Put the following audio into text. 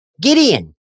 Gideon